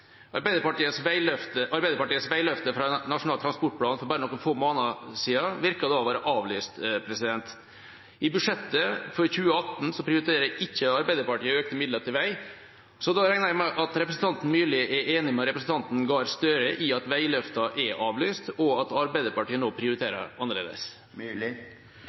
Arbeiderpartiets veiløfte fra Nasjonal transportplan for bare noen få måneder siden virker da å være avlyst. I budsjettet for 2018 prioriterer ikke Arbeiderpartiet økte midler til vei, så da regner jeg med at representanten Myrli er enig med representanten Gahr Støre i at veiløftene er avlyst, og at Arbeiderpartiet nå prioriterer annerledes.